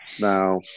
Now